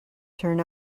turn